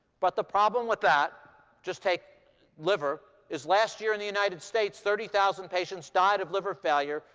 but the problem with that just take liver is last year in the united states, thirty thousand patients died of liver failure.